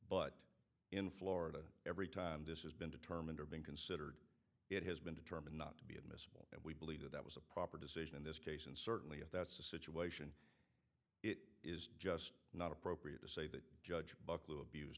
but in florida every time this has been determined or being considered it has been determined not to be admitted and we believe that that was a proper decision in this case and certainly if that's the situation it is just not appropriate to say that judge buckle